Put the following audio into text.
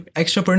extra